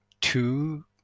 two